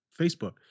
Facebook